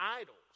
idols